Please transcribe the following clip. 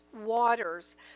waters